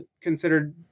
considered